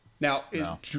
Now